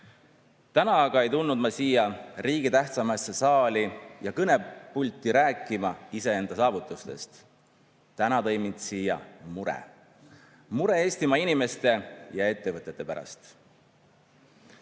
Täna aga ei tulnud ma siia riigi tähtsamasse saali ja kõnepulti rääkima iseenda saavutustest. Täna tõi mind siia mure – mure Eestimaa inimeste ja ettevõtete pärast.